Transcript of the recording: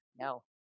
No